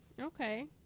Okay